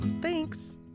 Thanks